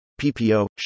PPO